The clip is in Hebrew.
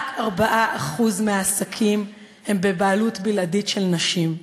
רק 4% מהעסקים הם בבעלות בלעדית של נשים.